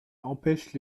empêche